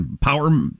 power